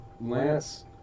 Lance